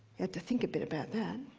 had to think a bit about that.